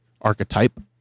Archetype